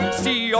see